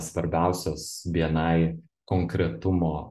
svarbiausios bni konkretumo